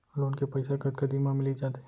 Loan के पइसा कतका दिन मा मिलिस जाथे?